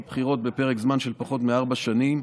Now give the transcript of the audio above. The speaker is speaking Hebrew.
בחירות בפרק זמן של פחות מארבע שנים,